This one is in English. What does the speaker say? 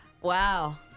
Wow